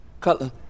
Cutler